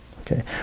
okay